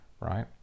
right